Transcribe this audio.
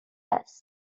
است